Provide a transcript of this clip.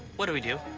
what do we do?